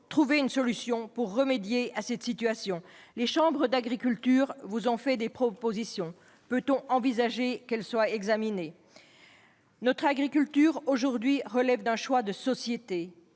trouver une solution pour remédier à cette situation ? Les chambres d'agriculture ont fait des propositions en la matière. Peut-on envisager qu'elles soient examinées ? Notre agriculture relève aujourd'hui d'un choix de société